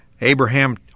Abraham